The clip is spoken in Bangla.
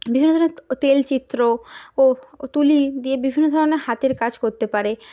বিভিন্ন ধরনের তেল চিত্র ও তুলি দিয়ে বিভিন্ন ধরনের হাতের কাজ করতে পারে